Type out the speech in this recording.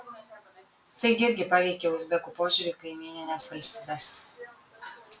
tai irgi paveikė uzbekų požiūrį į kaimynines valstybes